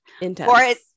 Intense